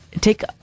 take